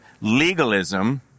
legalism